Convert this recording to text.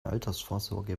altersvorsorge